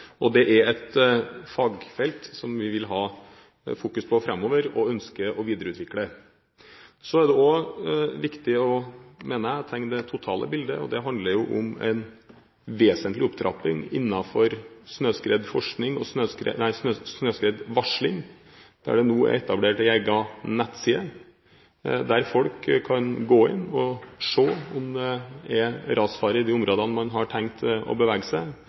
og det er et fagfelt som vi vil ha fokus på framover og ønsker å videreutvikle. Det er også viktig å tegne det totale bildet, og det handler om en vesentlig opptrapping innenfor snøskredvarsling, hvor det nå er etablert en egen nettside hvor folk kan gå inn og se om det er rasfare i de områdene hvor man har tenkt å bevege seg.